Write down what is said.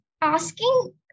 asking